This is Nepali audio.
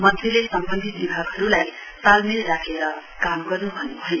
मन्त्रीले सम्बन्धित विभागहरूलाई तालमेल राखेर काम गर्न् भन्न् भयो